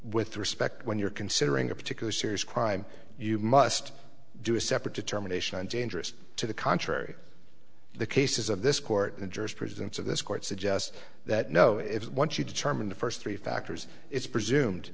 with respect when you're considering a particular serious crime you must do a separate determination and dangerous to the contrary the cases of this court injures presence of this court suggest that know it once you determine the first three factors it's presumed